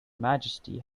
majesty